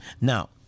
Now